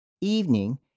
evening